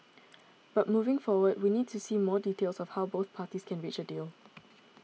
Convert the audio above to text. but moving forward we need to see more details of how both parties can reach a deal